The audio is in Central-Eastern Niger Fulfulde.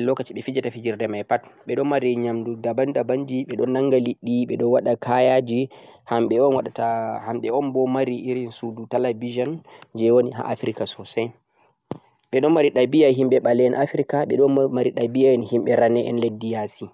lokaci ɓe fijata fijirde mai pat. Be ɗo mari nyamdu daban daban ji, ɓe ɗo nanga liɗɗi, ɓe ɗo waɗa kaya ji hamɓe un waɗa ta hamɓe un bo mari irin sudu televigen je woni ha Africa sosai, ɓe ɗo mari ɗabi'a himɓe ba'le en Africa ,be ɗo mari ɗabi'a himɓe rane en leddi ya'si.